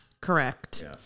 Correct